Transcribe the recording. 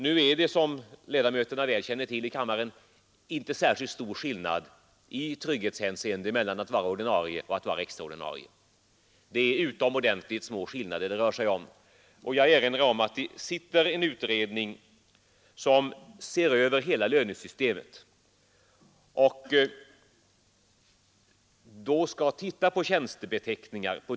Nu är det, som kammarledamöterna väl känner till, inte särskilt stor skillnad i trygghetshänseende mellan att vara ordinarie och att vara extra ordinarie. Jag erinrar om att en utredning ser över hela lönesystemet och att den bl.a. sysslar med tjänstebeteckningarna.